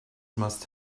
must